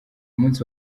munsi